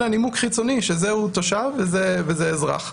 אלא נימוק חיצוני שזה תושב וזה אזרח.